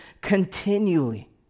continually